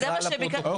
זה מה שביקשנו.